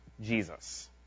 Jesus